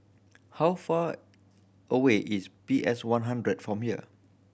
how far away is P S One hundred from here